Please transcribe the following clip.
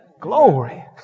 Glory